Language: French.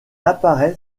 apparaît